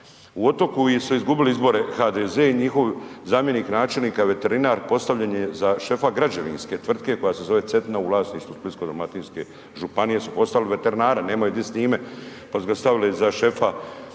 U Otoku su izgubili izbore HDZ i njihov zamjenik načelnika veterinar postavljen je za šefa građevinske tvrtke koja se zove „Cetina“ u vlasništvu Splitsko-dalmatinske županije su postavili veterinara, nemaju di s njime, pa su ga stavili za šefa.